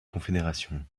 confédération